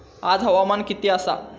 आज हवामान किती आसा?